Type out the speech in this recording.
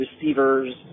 receivers